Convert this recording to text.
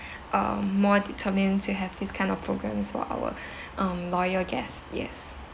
uh more determined to have this kind of programmes for our um loyal guests yes